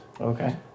Okay